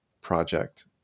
project